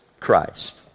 Christ